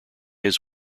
his